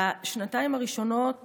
בשנתיים הראשונות